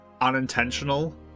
unintentional